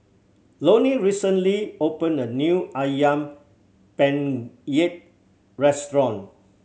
Lonny recently opened a new Ayam Penyet restaurant